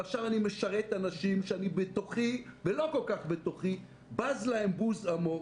ועכשיו אני משרת אנשים שבתוכי ולא כל כך בתוכי אני בז להם בוז עמוק.